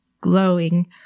glowing